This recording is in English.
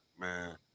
man